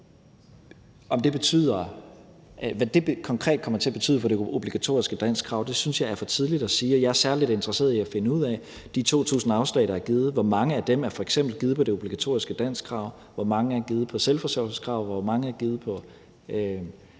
Hvad det konkret kommer til at betyde for det obligatoriske danskkrav, synes jeg er for tidligt at sige. Jeg er særlig interesseret i at finde ud af noget om de 2.000 afslag, der er givet. Hvor mange af dem er f.eks. givet ud fra det obligatoriske danskkrav, hvor mange er givet ud fra selvforsørgelseskravet, hvor mange er givet ud